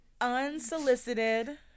Unsolicited